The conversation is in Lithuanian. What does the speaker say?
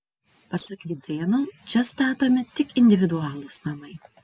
pasak vidzėno čia statomi tik individualūs namai